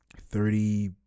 Thirty